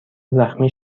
زخمی